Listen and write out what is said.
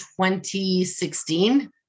2016